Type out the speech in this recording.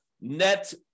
net